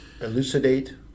elucidate